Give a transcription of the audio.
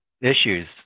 issues